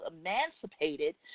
emancipated